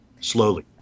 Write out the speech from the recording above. slowly